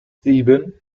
sieben